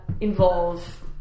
involve